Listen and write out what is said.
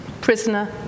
Prisoner